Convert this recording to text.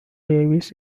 davis